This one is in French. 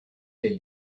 les